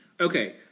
okay